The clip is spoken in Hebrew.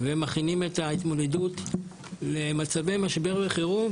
ומכינים את ההתמודדות למצבי משבר וחירום,